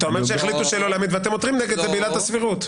אתה אומר שהחליטו שלא להעמיד ואתם עותרים נגד זה בעילת הסבירות.